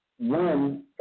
One